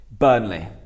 Burnley